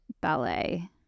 ballet